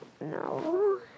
No